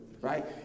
Right